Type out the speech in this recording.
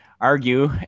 argue